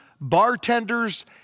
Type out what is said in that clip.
bartenders